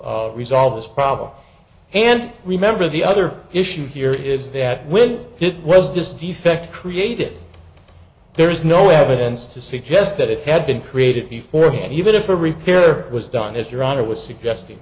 resolve this problem and remember the other issue here is that when it was this defect created there is no evidence to suggest that it had been created before hand even if the repair was done as your honor was suggesting